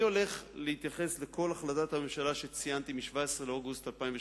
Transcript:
אני הולך להתייחס לכל החלטת הממשלה מ-17 באוגוסט 2008,